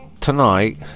tonight